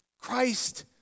Christ